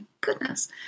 goodness